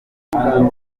iwacu